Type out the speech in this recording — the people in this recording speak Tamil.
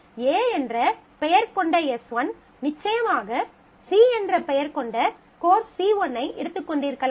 A என்ற பெயர் கொண்ட S1 நிச்சயமாக C என்ற பெயர் கொண்ட கோர்ஸ் C1 ஐ எடுத்துக் கொண்டிருக்கலாம்